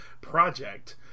project